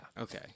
Okay